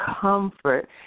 comfort